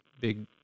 big